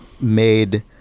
made